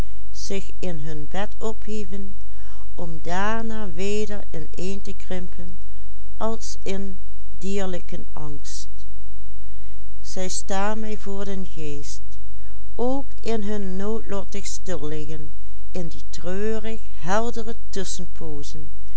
ineen te krimpen als in dierlijken angst zij staan mij voor den geest ook in hun noodlottig stilliggen in die treurig heldere tusschenpoozen